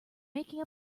making